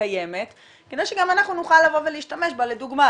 קיימת כדי שגם אנחנו נוכל לבוא ולהשתמש בה לדוגמה,